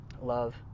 love